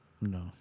No